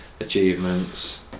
achievements